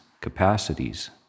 capacities